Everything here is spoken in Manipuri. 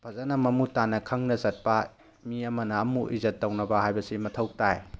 ꯐꯖꯅ ꯃꯃꯨꯠ ꯇꯥꯅ ꯈꯪꯅ ꯆꯠꯄ ꯃꯤ ꯑꯃꯅ ꯑꯃꯕꯨ ꯏꯖꯠ ꯇꯧꯅꯕ ꯍꯥꯏꯕꯁꯤ ꯃꯊꯧ ꯇꯥꯏ